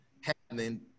happening